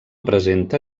presenta